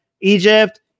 egypt